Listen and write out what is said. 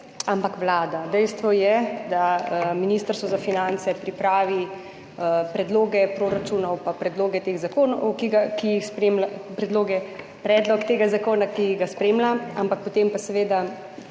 ampak Vlada. Dejstvo je, da Ministrstvo za finance pripravi predloge proračunov, pa predlog tega zakona, ki ga spremlja, potem pa seveda